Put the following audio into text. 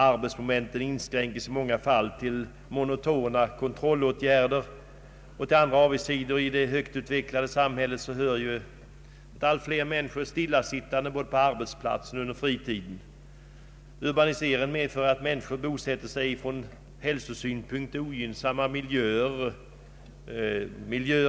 Arbetsmomenten inskränker sig ofta till monotona kontrollåtgärder, och = till andra avigsidor i det välutvecklade samhället hör människornas ökande stillasittande både på arbetsplatsen och under fritiden. Urbaniseringen medför att människor bosätter sig i från hälsosynpunkt ogynnsamma miljöer,